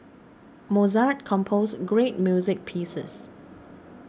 Mozart composed great music pieces